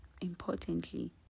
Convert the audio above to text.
importantly